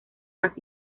más